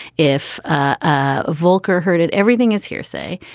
if ah voelker heard it, everything is hearsay.